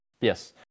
Yes